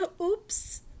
Oops